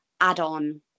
add-on